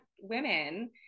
women